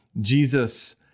Jesus